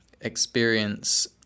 experience